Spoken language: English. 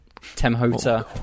Temhota